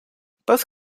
both